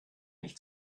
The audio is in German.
nicht